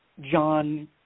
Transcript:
John